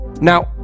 Now